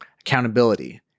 accountability